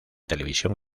televisión